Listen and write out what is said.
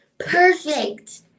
perfect